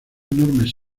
enormes